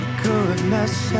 goodness